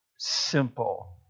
Simple